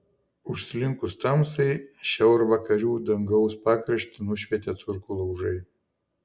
užslinkus tamsai šiaurvakarių dangaus pakraštį nušvietė turkų laužai